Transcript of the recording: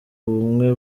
ubumwe